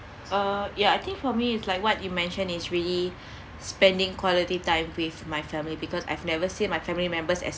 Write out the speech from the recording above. uh yeah I think for me it's like what you mention is really spending quality time with my family because I've never seen my family members as